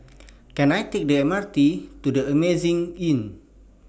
Can I Take The M R T to The Amazing Inn